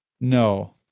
No